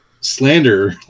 slander